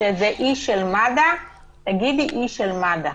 שזה איש של מד"א, תגידי איש של מד"א.